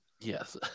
Yes